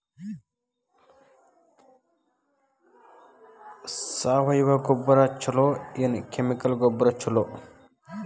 ಸಾವಯವ ಗೊಬ್ಬರ ಛಲೋ ಏನ್ ಕೆಮಿಕಲ್ ಗೊಬ್ಬರ ಛಲೋ?